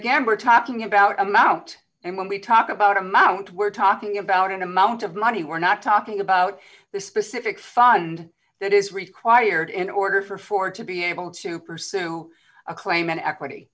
again we're talking about amount and when we talk about amount we're talking about an amount of money we're not talking about the specific fund that is required in order for for to be able to pursue a claim in equity